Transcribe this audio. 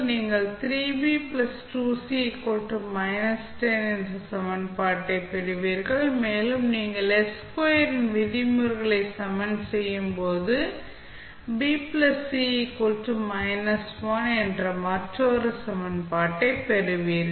நீங்கள் 3B 2C −10 என்ற சமன்பாட்டைப் பெறுவீர்கள் மேலும் நீங்கள் s2 இன் விதிமுறைகளை சமன் செய்யும்போது B C −1 என்ற மற்றொரு சமன்பாட்டைப் பெறுவீர்கள்